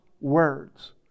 words